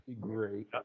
great